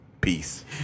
Peace